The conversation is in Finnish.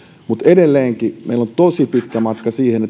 mutta edelleenkin meillä on tosi pitkä matka siihen